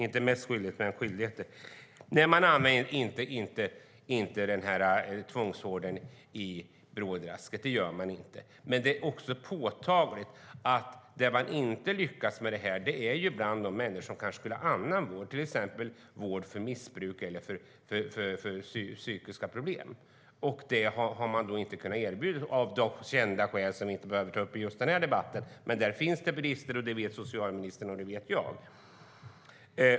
Nej, man använder inte tvångsvården i brådrasket. Men det är påtagligt att där man inte lyckats är det bland de människor som kanske behöver annan vård, till exempel vård för missbruk eller psykiska problem. Där har man inte kunnat erbjuda vård av kända skäl som vi inte behöver ta upp i just denna debatt. Där finns det brister, och det vet socialministern, och det vet jag.